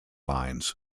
lines